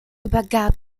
übergab